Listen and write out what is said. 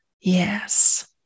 Yes